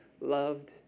loved